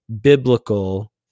biblical